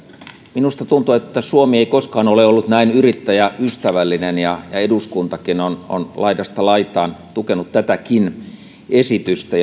minusta tuntuu että suomi ei koskaan ole ollut näin yrittäjäystävällinen ja eduskuntakin on on laidasta laitaan tukenut tätäkin esitystä